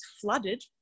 flooded